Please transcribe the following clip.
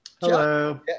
Hello